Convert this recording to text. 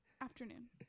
Afternoon